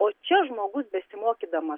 o čia žmogus besimokydamas